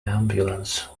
ambulance